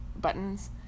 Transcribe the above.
buttons